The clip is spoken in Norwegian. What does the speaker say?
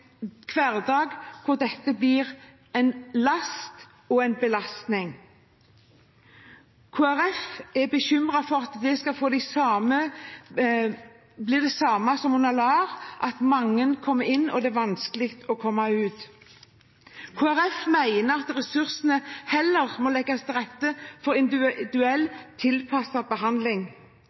hverdag der dette blir en last og en belastning. Kristelig Folkeparti er bekymret for at det skal bli det samme som under LAR, at mange kommer inn og at det er vanskelig å komme ut. Kristelig Folkeparti mener at ressursene heller må brukes for å legge til rette for individuell tilpasset behandling.